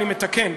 אני מתקן,